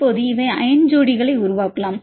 இப்போது இவை அயன் ஜோடிகளை உருவாக்கலாம்